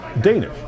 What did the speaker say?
Danish